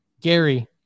Gary